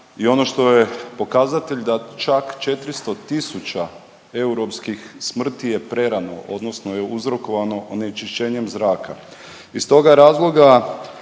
i ono što je pokazatelj da čak 400 tisuća europskih smrti je prerano odnosno je uzrokovano onečišćenjem zraka. Iz toga razloga